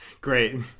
Great